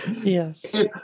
Yes